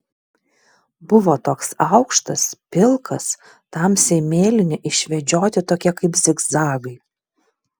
buvo toks aukštas pilkas tamsiai mėlyni išvedžioti tokie kaip zigzagai